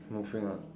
moving on